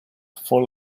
full